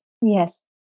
Yes